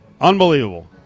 Unbelievable